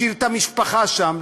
השאיר את המשפחה שם,